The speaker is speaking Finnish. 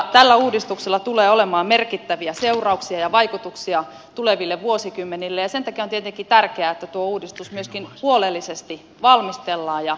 tällä uudistuksella tulee olemaan merkittäviä seurauksia ja vaikutuksia tuleville vuosikymmenille ja sen takia on tietenkin tärkeää että tuo uudistus myöskin huolellisesti valmistellaan ja toteutetaan